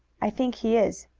i think he is.